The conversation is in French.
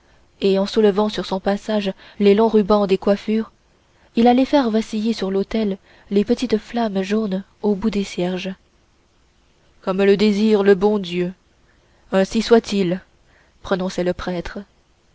et en soulevant sur son passage les longs rubans des coiffures il allait faire vaciller sur l'autel les petites flammes jaunes au bout des cierges comme le désire le bon dieu ainsi soit-il prononçait le prêtre